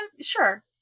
sure